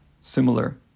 similar